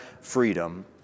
freedom